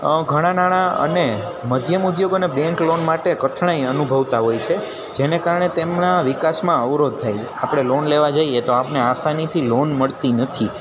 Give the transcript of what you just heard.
ઘણા નાણાં અને મધ્યમ ઉદ્યોગોને બેન્ક લોન માટે કઠણાઈ અનુભવતા હોય છે જેના કારણે તેમના વિકાસમાં અવરોધ થાય આપણે લોન લેવા જઈએ તો આપણને આસાનીથી લોન મળતી નથી